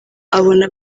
abona